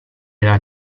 era